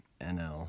NL